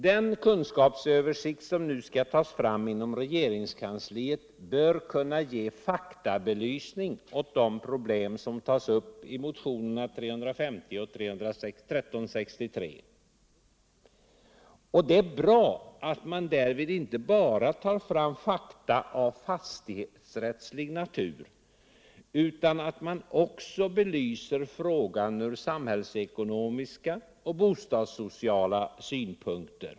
Den kunskapsöversikt som nu skall tas fram inom regeringskansliet bör kunna ge faktabelysning av de problem som tas upp i motionerna 350 och 1363. och det är bra att man därigenom inte bara tar fram fakta av fastighetsrättslig natur, utan att man också belyser frågan från samhällsekonomiska och bostadssociala synpunkter.